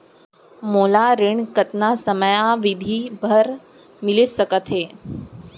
मोला ऋण कतना समयावधि भर मिलिस सकत हे?